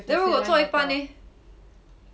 如果做到一半 leh